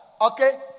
okay